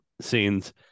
scenes